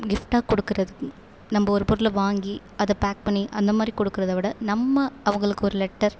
கிஃப்டாக கொடுக்கிறதுக்கு நம்ம ஒரு பொருளை வாங்கி அதை பேக் பண்ணி அந்த மாதிரி கொடுக்கறத விட நம்ம அவங்களுக்கு ஒரு லெட்டர்